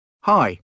Hi